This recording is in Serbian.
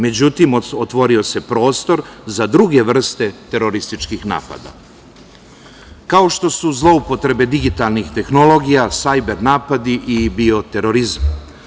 Međutim, otvorio se prostor za druge vrste terorističkih napada, kao što su zloupotrebe digitalnih tehnologija, sajber napadi i bio terorizam.